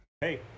Hey